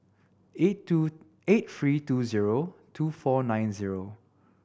eight two eight three two zero two four nine zero